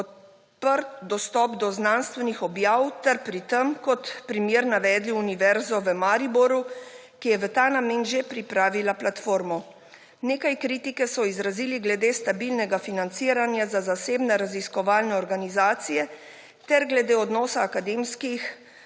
odprt dostop do znanstvenih objav ter pri tem kot primer navedli Univerzo v Mariboru, ki je v ta namen že pripravila platformo. Nekaj kritike so izrazili glede stabilnega financiranja za zasebne raziskovalne organizacije ter glede odnosa akademskih